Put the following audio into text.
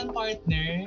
partner